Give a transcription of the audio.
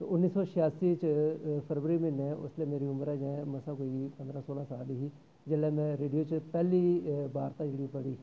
ते उन्नी सौ छेयासी च फरवरी म्हीने उसलै मेरी उम्र अजें मसां कोई पंदरां सोलां साल ही जेल्लै में रेडियो च पैह्ली वार्ता जेह्ड़ी पढ़ी